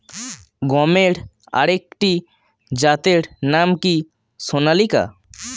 গমের আরেকটি জাতের নাম কি সোনালিকা?